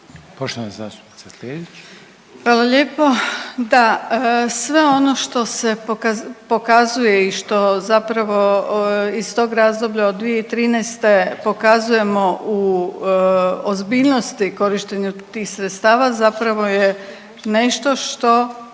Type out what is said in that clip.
**Perić, Grozdana (HDZ)** Hvala lijepo. Da, sve ono što se pokazuje i što zapravo iz tog razdoblja od 2013. pokazujemo u ozbiljnosti korištenju tih sredstava zapravo je nešto što